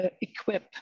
equip